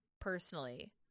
personally